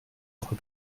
crois